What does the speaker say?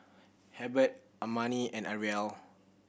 Hebert Amani and Arielle